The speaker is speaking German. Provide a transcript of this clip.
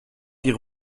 ihre